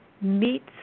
meets